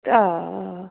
آ آ آ